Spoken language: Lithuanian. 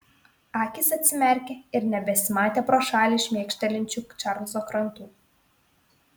akys atsimerkė ir nebesimatė pro šalį šmėkštelinčių čarlzo krantų